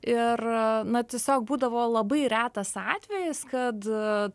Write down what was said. ir na tiesiog būdavo labai retas atvejis kad